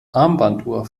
armbanduhr